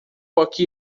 aqui